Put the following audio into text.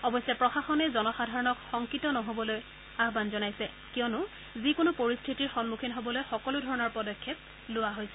অৱশ্যে প্ৰশাসনে জনসাধাৰণক শংকিত নহবলৈকো কৈছে কিয়নো যিকোনো পৰিস্থিতিৰ সন্মুখীন হবলৈ সকলোধৰণৰ পদক্ষেপ লোৱা হৈছে